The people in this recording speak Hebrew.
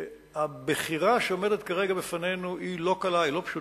שהבחירה שעומדת כרגע בפנינו אינה קלה, אינה פשוטה.